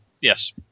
Yes